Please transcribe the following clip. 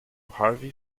harvey